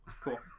cool